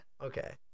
Okay